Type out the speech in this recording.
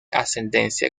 ascendencia